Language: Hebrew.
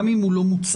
גם אם הוא לא מוצהר.